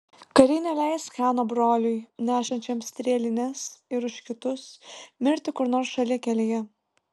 kariai neleis chano broliui nešančiam strėlines ir už kitus mirti kur nors šalikelėje